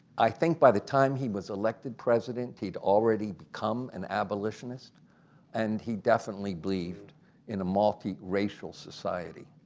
i think by the time he was elected president he had already become an abolitionist and he definitely believed in a multi-racial society,